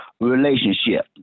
relationship